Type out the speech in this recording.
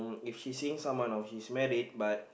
if she's seeing someone or she's married but